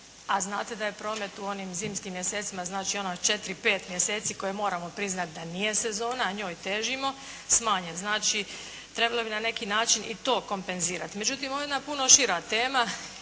a znate da je promet u onim zimskim mjesecima znači ona četiri, pet mjeseci koje moramo priznati da nije sezona a njoj težimo, smanjen. Znači trebalo bi na neki način i to kompenzirati. Međutim ovo je jedna puno šira tema.